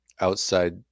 outside